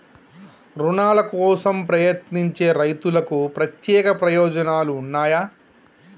రుణాల కోసం ప్రయత్నించే రైతులకు ప్రత్యేక ప్రయోజనాలు ఉన్నయా?